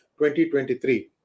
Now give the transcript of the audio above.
2023